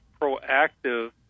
proactive